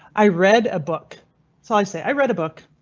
i read a book so i say i read a book.